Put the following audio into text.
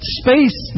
space